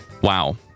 Wow